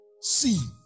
see